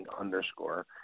underscore